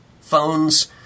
phones